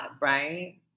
right